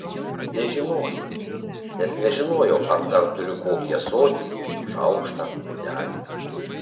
nežinojau nes nežinojau ar dar turiu kokį ąsotį šaukštą puodelį